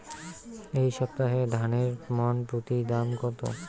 এই সপ্তাহে ধানের মন প্রতি দাম কত?